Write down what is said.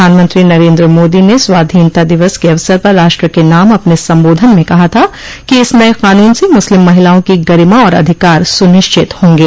प्रधानमंत्री नरेन्द्र मोदी ने स्वाधीनता दिवस के अवसर पर राष्ट्र के नाम अपने संबोधन में कहा था कि इस नये कानून से मुस्लिम महिलाओं की गरिमा और अधिकार सुनिश्चित होंगे